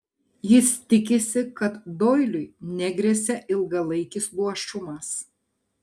jis tikisi kad doiliui negresia ilgalaikis luošumas